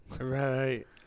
Right